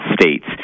states